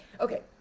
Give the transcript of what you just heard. Okay